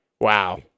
Wow